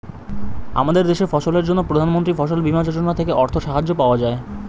আমাদের দেশে ফসলের জন্য প্রধানমন্ত্রী ফসল বীমা যোজনা থেকে অর্থ সাহায্য পাওয়া যায়